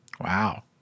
Wow